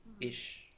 Ish